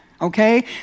Okay